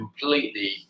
completely